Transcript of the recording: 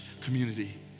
Community